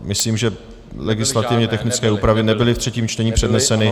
Myslím, že legislativně technické úpravy nebyly v třetím čtení předneseny.